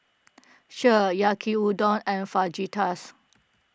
Kheer Yaki Udon and Fajitas